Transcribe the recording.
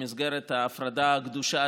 במסגרת ההפרדה הקדושה,